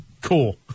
Cool